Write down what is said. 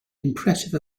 impressive